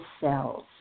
cells